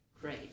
Great